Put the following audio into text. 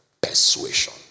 persuasion